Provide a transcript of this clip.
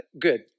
good